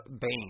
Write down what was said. Bane